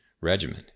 regimen